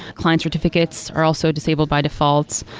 client certificates are also disabled by default.